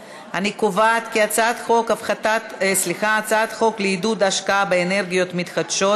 חוק לעידוד השקעה באנרגיות מתחדשות